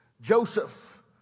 Joseph